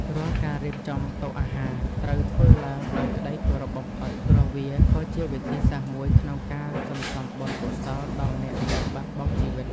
រាល់ការរៀបចំតុអាហារត្រូវធ្វើឡើងដោយក្ដីគោរពបំផុត ព្រោះ វាក៏ជាវិធីសាស្ត្រមួយក្នុងការសន្សំបុណ្យកុសលដល់អ្នកដែលបាត់បង់ជីវិត។